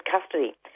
custody